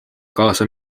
kaasa